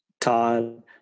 Todd